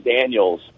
Daniels